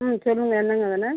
ம் சொல்லுங்கள் என்னங்க வேணும்